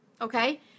Okay